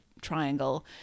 triangle